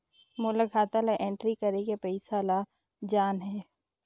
मोला खाता ला एंट्री करेके पइसा ला जान हे?